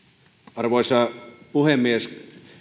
arvoisa puhemies